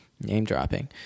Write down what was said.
name-dropping